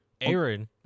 Aaron